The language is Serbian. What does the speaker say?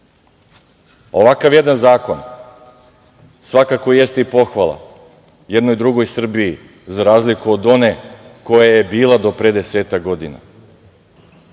jedan zakon svakako jeste i pohvala jednoj drugoj Srbiji, za razliku od one koja je bila do pre desetak godina,